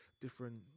different